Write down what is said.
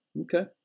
Okay